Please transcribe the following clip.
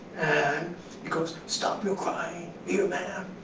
and he goes, stop your crying, you man.